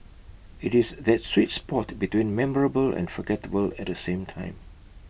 IT is that sweet spot between memorable and forgettable at the same time